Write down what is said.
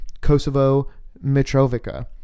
Kosovo-Mitrovica